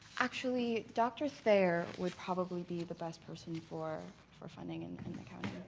actually dr. fair would probably be the best person for for funding and accounting